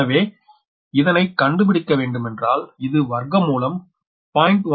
எனவே இதனை கண்டுபிடிக்கவேண்டுமென்றால் இது வர்க்கமூலம் 0